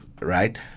right